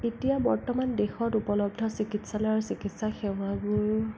এতিয়া বৰ্তমান দেশত উপলব্ধ চিকিৎসালয়ৰ চিকিৎসা সেৱাবোৰ